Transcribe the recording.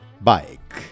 bike